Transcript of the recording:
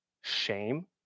shame